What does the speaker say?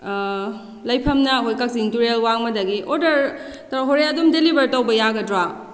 ꯜꯩꯐꯝꯅ ꯑꯩꯈꯣꯏ ꯀꯛꯆꯤꯡ ꯇꯨꯔꯦꯜ ꯋꯥꯡꯃꯗꯒꯤ ꯑꯣꯗꯔꯗꯣ ꯍꯣꯔꯦꯟ ꯑꯗꯨꯝ ꯗꯤꯂꯤꯕꯔ ꯇꯧꯕ ꯌꯥꯒꯗ꯭ꯔꯣ